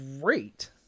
great